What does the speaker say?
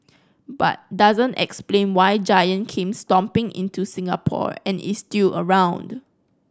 but doesn't explain why Giant came stomping into Singapore and is still around